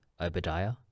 Obadiah